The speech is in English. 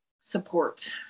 support